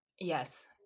Yes